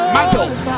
Mantles